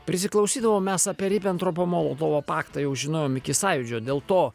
prisiklausydavom mes apie ribentropo molotovo paktą jau žinojom iki sąjūdžio dėl to